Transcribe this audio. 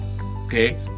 okay